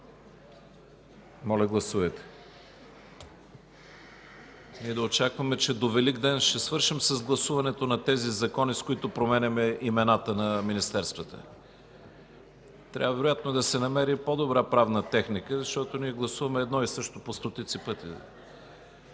който става § 32. Да очакваме, че до Великден ще свършим с гласуването на тези закони, с които променяме имената на министерствата. Трябва вероятно да се намери по-добра правна техника, защото ние гласуваме едно и също по стотици пъти.